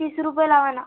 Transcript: तीस रुपये लावा ना